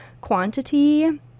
quantity